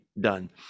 done